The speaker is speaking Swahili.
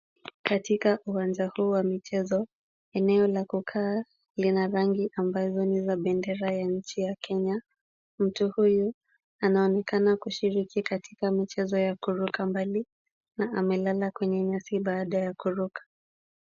Katika uwanja huu wa michezo, eneo la kukaa lina rangi ambazo ni za bendera ya nchi ya Kenya. Mtu huyu anaonekana kushiriki katika michezo ya kuruka mbali na amelala kwenye nyasi baada ya kuruka.